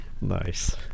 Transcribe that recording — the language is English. nice